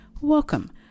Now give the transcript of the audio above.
welcome